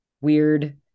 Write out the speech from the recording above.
weird